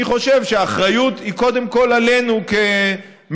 אני חושב שהאחריות היא קודם כול עלינו כממשלה.